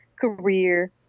career